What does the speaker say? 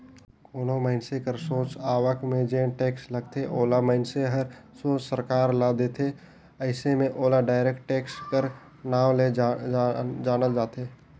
कोनो मइनसे कर सोझ आवक में जेन टेक्स लगथे ओला मइनसे हर सोझ सरकार ल देथे अइसे में ओला डायरेक्ट टेक्स कर नांव ले जानल जाथे